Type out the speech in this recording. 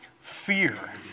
Fear